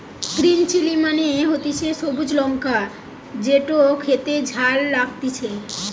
green chilli মানে হতিছে সবুজ লঙ্কা যেটো খেতে ঝাল লাগতিছে